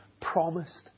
promised